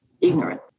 ignorance